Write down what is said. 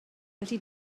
felly